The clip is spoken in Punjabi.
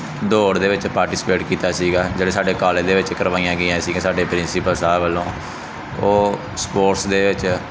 ਦੌੜ ਦੇ ਵਿੱਚ ਪਾਰਟੀਸਪੇਟ ਕੀਤਾ ਸੀਗਾ ਜਿਹੜੇ ਸਾਡੇ ਕਾਲਜ ਦੇ ਵਿੱਚ ਕਰਵਾਈਆਂ ਗਈਆਂ ਸੀ ਸਾਡੇ ਪ੍ਰਿੰਸੀਪਲ ਸਾਹਿਬ ਵੱਲੋਂ ਉਹ ਸਪੋਰਟਸ ਦੇ ਵਿੱਚ